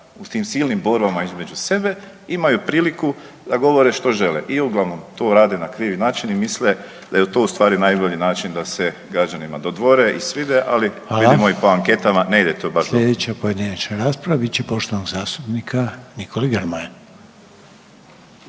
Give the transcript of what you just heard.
u tim silnim borbama između sebe imaju priliku da govore što žele i uglavnom to rade na krvi način i misle da je to u stvari najbolji način da se građanima dodvore i svide. Ali vidimo i po anketama ne ide to baš dobro. **Reiner, Željko (HDZ)** Hvala. Sljedeća pojedinačna rasprava bit će poštovanog zastupnika Nikole Grmoje.